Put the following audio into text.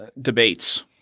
debates